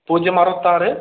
പൂജ്യം അറുപത്തി ആറ്